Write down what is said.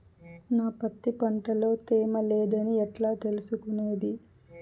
నా పత్తి పంట లో తేమ లేదని ఎట్లా తెలుసుకునేది?